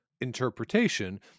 interpretation